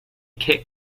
kit